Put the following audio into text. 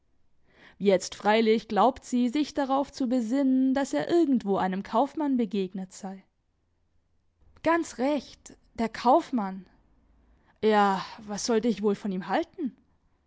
jetzt freilich glaubt sie sich darauf zu besinnen daß er irgendwo einem kaufmann begegnet sei ganz recht der kaufmann ja was sollte ich wohl von ihm halten